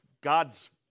God's